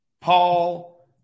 paul